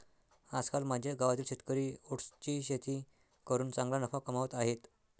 आजकाल माझ्या गावातील शेतकरी ओट्सची शेती करून चांगला नफा कमावत आहेत